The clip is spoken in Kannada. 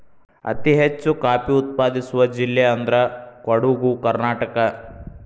ಅತಿ ಹೆಚ್ಚು ಕಾಫಿ ಉತ್ಪಾದಿಸುವ ಜಿಲ್ಲೆ ಅಂದ್ರ ಕೊಡುಗು ಕರ್ನಾಟಕ